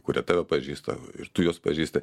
kurie tave pažįsta ir tu juos pažįsti